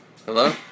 Hello